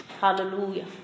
Hallelujah